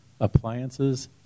appliances